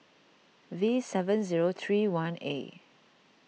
V seven zero three one A